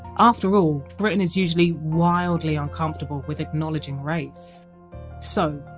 after all, britain is usually wildly uncomfortable with acknowledging race so,